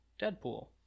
Deadpool